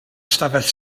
ystafell